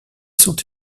sont